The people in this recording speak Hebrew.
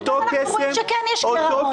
פתאום אנחנו רואים שכן יש גירעון.